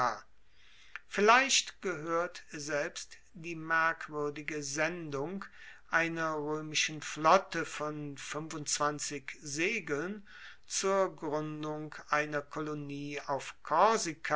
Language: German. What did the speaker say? vielleicht gehoert selbst die merkwuerdige sendung einer roemischen flotte von segeln zur gruendung einer kolonie auf